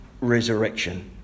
resurrection